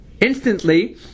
instantly